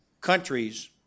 countries